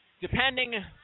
depending